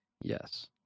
Yes